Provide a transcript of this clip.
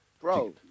bro